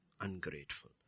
Ungrateful